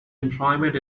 employment